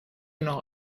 noch